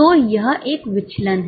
तो यह एक विचलन है